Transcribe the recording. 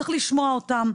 צריך לשמוע אותם.